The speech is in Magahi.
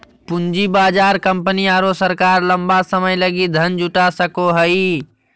पूँजी बाजार कंपनी आरो सरकार लंबा समय लगी धन जुटा सको हइ